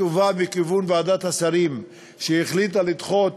טובה מכיוון ועדת השרים, שהחליטה לדחות